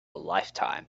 lifetime